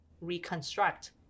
reconstruct